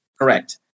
Correct